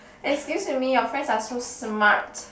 excuse me your friends are so smart